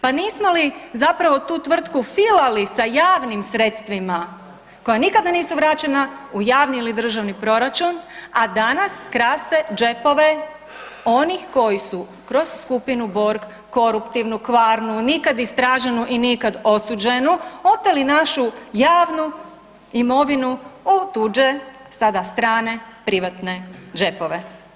Pa nismo li zapravo tu tvrtku filali sa javnim sredstvima koja nikada nisu vraćena u javni ili državni proračun, a danas krase džepove onih koji su kroz skupinu Borg koruptivnu, kvarnu, nikada istraženu i nikada osuđenu oteli našu javnu imovinu u tuđe sada strane privatne džepove?